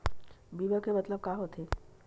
बीमा के मतलब का होथे?